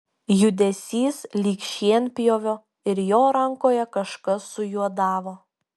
judesys lyg šienpjovio ir jo rankoje kažkas sujuodavo